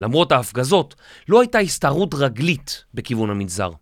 למרות ההפגזות, לא הייתה הסתערות רגלית בכיוון המנזר.